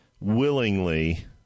willingly